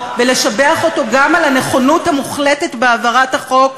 ולשבח אותו גם על הנכונות המוחלטת בהעברת החוק,